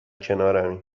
کنارمی